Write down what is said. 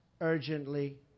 urgently